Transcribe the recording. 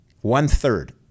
one-third